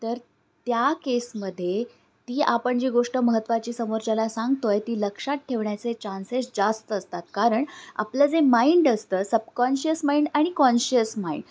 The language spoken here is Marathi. तर त्या केसमध्ये ती आपण जी गोष्ट महत्त्वाची समोरच्याला सांगतोय ती लक्षात ठेवण्याचे चान्सेस जास्त असतात कारण आपलं जे माइंड असतं सबकॉन्शियस माइंड आणि कॉन्शियस माइंड